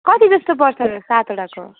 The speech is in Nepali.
कति जस्तो पर्छ होला सातवटाको